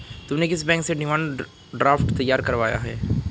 तुमने किस बैंक से डिमांड ड्राफ्ट तैयार करवाया है?